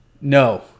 No